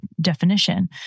definition